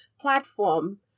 platform